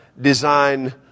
design